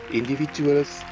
individuals